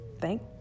thank